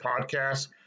podcast